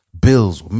bills